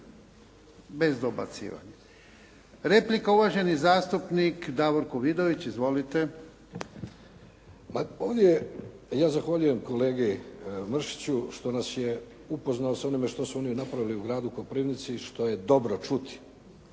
bez dobacivanja. Replika, uvaženi zastupnik Davorko Vidović. Izvolite. **Vidović, Davorko (SDP)** Pa ovdje je, ja zahvaljujem kolegi Mršiću što nas je upoznao s onime što su oni napravili u gradu Koprivnici i što je dobro čuti.